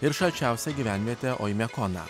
ir šalčiausią gyvenvietę oimiakoną